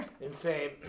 Insane